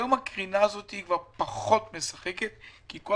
היום הקרינה הזאת היא כבר פחות משחקת כי כל